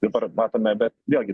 dabar matome bet vėlgi